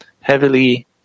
heavily